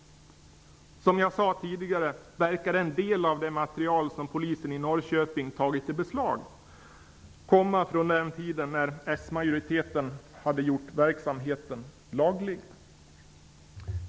Som jag sade tidigare verkar en del av det material som polisen i Norrköping tagit i beslag komma från den tiden när s-majoriteten hade gjort verksamheten laglig.